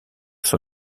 son